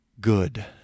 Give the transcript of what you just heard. good